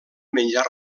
menjar